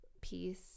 peace